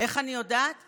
יודע מה, ראש הממשלה?